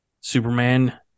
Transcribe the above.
Superman